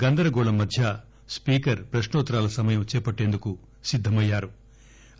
గందరగోళం మధ్య స్పీకర్ ప్రక్నోత్తరాల సమయం చేపట్టేందుకు సిద్దమయ్యారు